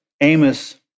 Amos